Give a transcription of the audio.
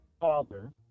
father